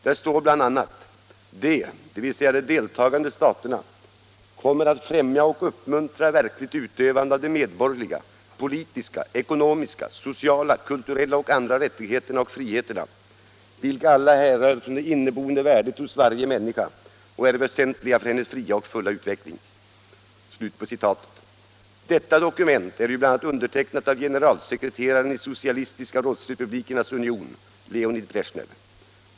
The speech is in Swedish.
Där står bl.a.: ”De” — dvs. de deltagande staterna — ”kommer att främja och uppmuntra ett verkligt utövande av de medborgerliga, politiska, ekonomiska, sociala, kulturella och andra rättigheterna och friheterna, vilka alla härrör från det inneboende värdet hos varje människa och är väsentliga för hennes fria och fulla utveckling.” Detta dokument är ju bl.a. undertecknat av generalsekreteraren i kom munistpartiet i Socialistiska rådsrepublikernas union, Leonid Bresjnev.